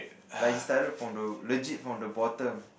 like he started from the legit from the bottom